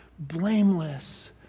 blameless